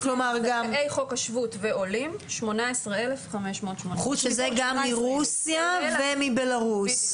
זכאי חוק השבות ועולים 18,583. שזה גם מרוסיה ובלרוס.